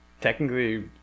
technically